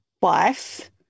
wife